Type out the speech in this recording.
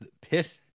piss